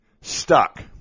stuck